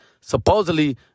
supposedly